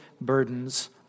burdens